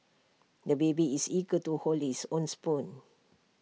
the baby is eager to hold his own spoon